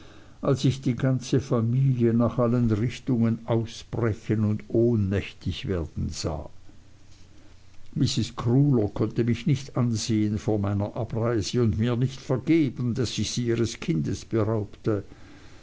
als ich die ganze familie nach allen richtungen ausbrechen und ohnmächtig werden sah mrs crewler konnte mich nicht ansehen vor meiner abreise und mir nicht vergeben daß ich sie ihres kindes beraubte